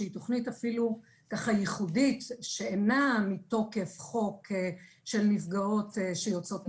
שהיא תוכנית ככה ייחודית ושהיא אינה מתוקף חוק של נפגעות שיוצאות מקלט,